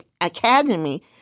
academy